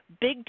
big